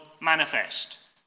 manifest